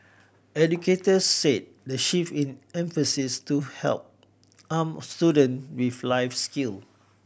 educators said the shift in emphasis to help arm student with life skill